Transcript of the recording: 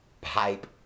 pipe